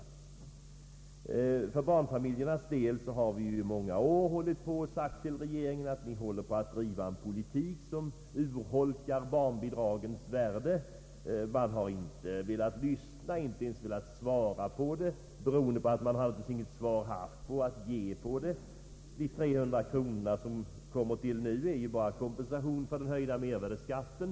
Beträffande barnfamiljernas situation har vi i många år sagt till regeringen att man driver en politik som urholkar barnbidragens värde. Man har inte velat lyssna och inte heller svara, vilket naturligtvis beror på att man inte haft något svar att ge. De 300 kronor som nu tillkommer utgör ju endast kompensation för den höjda mervärdeskatten.